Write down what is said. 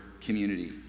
community